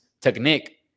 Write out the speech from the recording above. technique